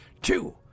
Two